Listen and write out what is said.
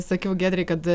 sakiau giedrei kad